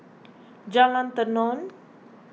Jalan Tenon